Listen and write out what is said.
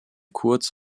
kurz